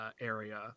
area